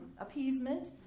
appeasement